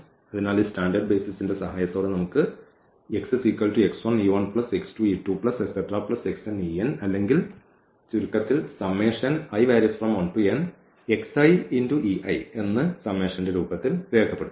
അതിനാൽ ഈ സ്റ്റാൻഡേർഡ് ബേസിസ്ന്റെ സഹായത്തോടെ നമുക്ക് ഈ അല്ലെങ്കിൽ ചുരുക്കത്തിൽ എന്ന് സമ്മേഷന്റെ രൂപത്തിൽ രേഖപ്പെടുത്താം